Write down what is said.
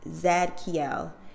Zadkiel